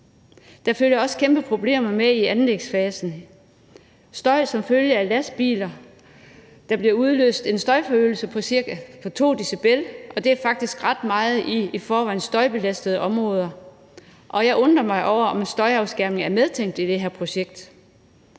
Der følger også kæmpeproblemer med i anlægsfasen. Der er støj som følge af lastbiler. Der bliver udløst en støjforøgelse på ca. 2 dB, og det er faktisk ret meget i i forvejen støjbelastede områder. Jeg undrer mig over, om støjafskærmning er medtænkt i det her projekt.